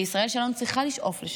וישראל שלנו צריכה לשאוף לשם.